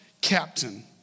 captain